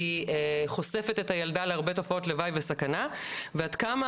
היא חושפת את הילדה להרבה תופעות לוואי וסכנה ועד כמה